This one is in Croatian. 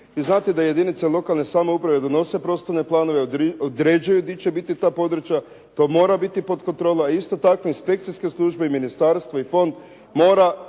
Vi znate da jedince lokalne samouprave donose prostorne planove, određuje gdje će biti ta područja. To mora biti pod kontrolom. A isto tako inspekcijske službe i ministarstvo i fond mora